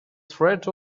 threat